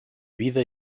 vida